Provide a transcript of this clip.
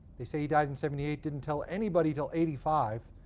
they say he died in seventy eight, didn't tell anybody till eighty five,